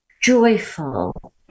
joyful